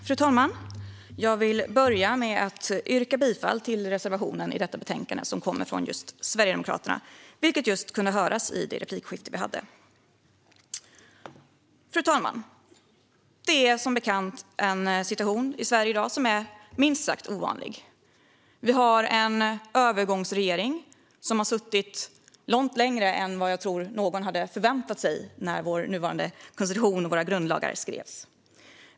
Fru talman! Jag vill börja med att yrka bifall till Sverigedemokraternas reservation i betänkandet, som vi kunde höra om i replikskiftet. Fru talman! Det är som bekant en minst sagt ovanlig situation i Sverige i dag. Vi har en övergångsregering som har suttit långt längre än vad jag tror att någon hade förväntat sig när vår nuvarande konstitution och våra grundlagar skrevs.